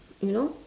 you know